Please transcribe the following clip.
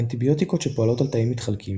באנטיביוטיקות שפועלות על תאים מתחלקים,